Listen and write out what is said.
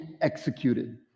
executed